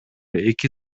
эки